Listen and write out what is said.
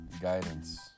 guidance